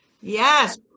Yes